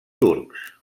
turcs